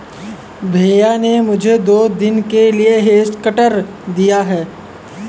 भैया ने मुझे दो दिन के लिए हेज कटर दिया है